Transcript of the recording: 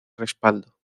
respaldo